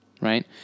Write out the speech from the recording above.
Right